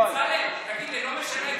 בצלאל, תגיד לי, לא משנה,